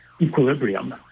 equilibrium